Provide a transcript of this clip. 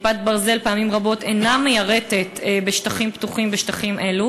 "כיפת ברזל" פעמים רבות אינה מיירטת בשטחים פתוחים אלו.